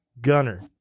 Gunner